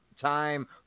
time